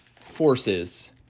forces